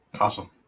Awesome